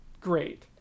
great